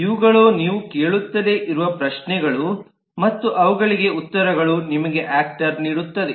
ಇವುಗಳು ನೀವು ಕೇಳುತ್ತಲೇ ಇರುವ ಪ್ರಶ್ನೆಗಳು ಮತ್ತು ಅವುಗಳಿಗೆ ಉತ್ತರಗಳು ನಿಮಗೆ ಯಾಕ್ಟರ್ ನೀಡುತ್ತದೆ